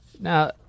Now